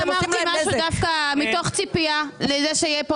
אמרתי משהו דווקא מתוך ציפייה לזה שיהיה פה